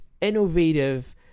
innovative